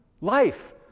Life